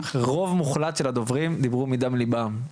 רוב מוחלט של הדוברים דיברו מדם ליבם,